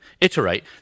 iterate